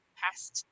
past